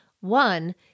One